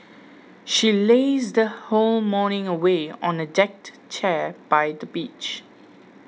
she lazed her whole morning away on a deck chair by the beach